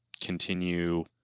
continue